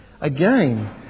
again